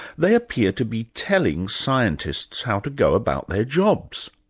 they appear to be telling scientists how to go about their jobs.